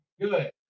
Good